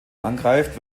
angreift